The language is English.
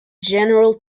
general